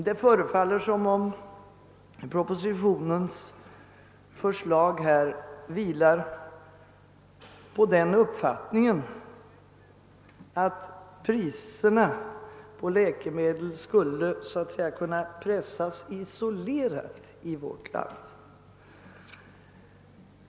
Det förefaller som om propositionens förslag på denna punkt vilar på den uppfattningen, att priserna på läkemedel skulle kunna pressas isolerat i vårt land.